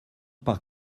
par